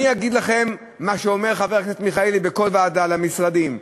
אני אגיד לכם מה שאומר חבר הכנסת מיכאלי בכל ועדה על המשרדים: